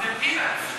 זה peanuts.